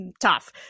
Tough